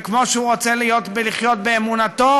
וכמו שהוא רוצה לחיות באמונתו,